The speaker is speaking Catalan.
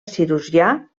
cirurgià